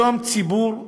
היום ציבור הצרכנים,